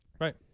Right